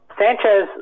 Sanchez